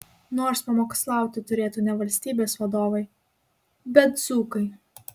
nors pamokslauti turėtų ne valstybės vadovai bet dzūkai